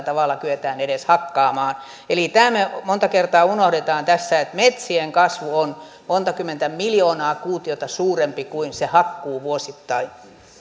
edes kyetään kestävällä tavalla hakkaamaan eli tämän me monta kertaa unohdamme tässä että metsien kasvu on monta kymmentä miljoonaa kuutiota suurempi kuin se hakkuu vuosittain